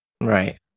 Right